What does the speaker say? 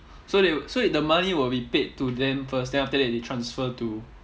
so they so the money will be paid to them first then after that they transfer to